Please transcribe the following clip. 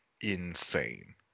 insane